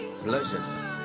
pleasures